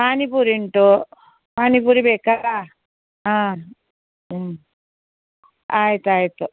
ಪಾನಿಪುರಿ ಉಂಟು ಪಾನಿಪುರಿ ಬೇಕಲ್ಲ ಹಾಂ ಹ್ಞೂ ಆಯ್ತು ಆಯಿತು